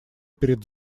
перед